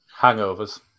Hangovers